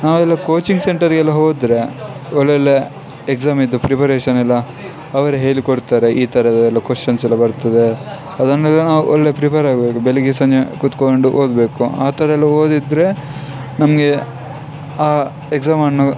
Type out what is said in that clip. ನಾವೆಲ್ಲ ಕೋಚಿಂಗ್ ಸೆಂಟರಿಗೆಲ್ಲ ಹೋದರೆ ಒಳ್ಳೊಳ್ಳೆಯ ಎಕ್ಸಾಮಿಂದು ಪ್ರಿಪರೇಷನ್ನೆಲ್ಲ ಅವರೇ ಹೇಳಿಕೊಡ್ತಾರೆ ಈ ಥರದ್ದೆಲ್ಲ ಕೊಷ್ಚನ್ಸೆಲ್ಲ ಬರ್ತದೆ ಅದನ್ನೆಲ್ಲ ನಾವು ಒಳ್ಳೆಯ ಪ್ರಿಪೇರಾಗಬೇಕು ಬೆಳಿಗ್ಗೆ ಸಂಜೆ ಕೂತುಕೊಂಡು ಓದಬೇಕು ಆ ಥರ ಎಲ್ಲ ಓದಿದರೆ ನಮಗೆ ಆ ಎಕ್ಸಾಮನ್ನು